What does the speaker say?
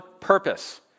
purpose